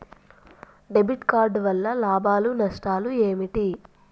Debit card వల్ల లాభాలు నష్టాలు ఏమిటి?